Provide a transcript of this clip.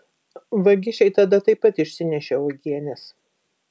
vagišiai tada taip pat išsinešė uogienes